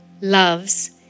loves